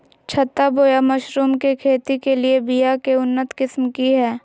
छत्ता बोया मशरूम के खेती के लिए बिया के उन्नत किस्म की हैं?